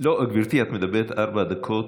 לא, גברתי, את מדברת ארבע דקות.